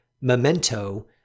memento